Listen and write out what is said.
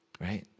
right